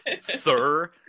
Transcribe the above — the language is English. sir